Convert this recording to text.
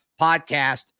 Podcast